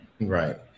Right